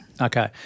Okay